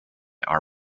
our